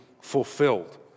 fulfilled